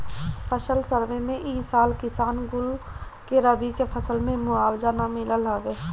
फसल सर्वे में ए साल किसान कुल के रबी के फसल के मुआवजा ना मिलल हवे